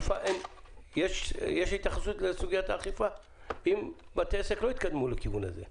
יש התייחסות לסוגיית האכיפה אם בתי עסק לא יתקדמו לכיוון הזה?